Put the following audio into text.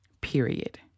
period